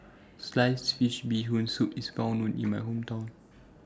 Sliced Fish Bee Hoon Soup IS Well known in My Hometown